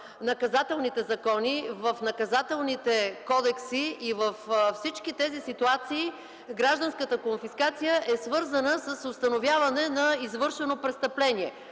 наказателните закони, в наказателните кодекси и във всички тези ситуации гражданската конфискация е свързана с установяване на извършено престъпление,